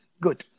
good